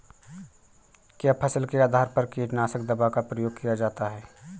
क्या फसल के आधार पर कीटनाशक दवा का प्रयोग किया जाता है?